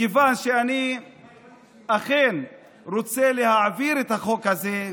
מכיוון שאני אכן רוצה להעביר את החוק הזה,